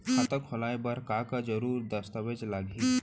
खाता खोलवाय बर का का जरूरी दस्तावेज लागही?